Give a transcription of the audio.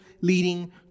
leading